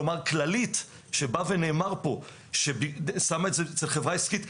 כלומר כללית שנאמר פה ששמה את זה אצל חברה עסקית,